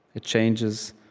it changes,